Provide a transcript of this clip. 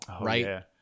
right